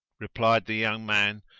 replied the young man,